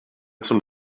zum